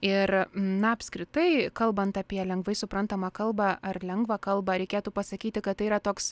ir na apskritai kalbant apie lengvai suprantamą kalbą ar lengvą kalbą reikėtų pasakyti kad tai yra toks